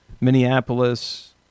Minneapolis